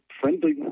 friendly